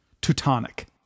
Teutonic